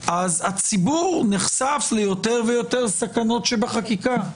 הציבור נחשף ליותר ויותר סכנות שבחקיקה.